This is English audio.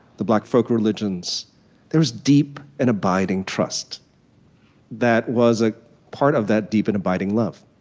the black folk religions there was deep and abiding trust that was a part of that deep and abiding love.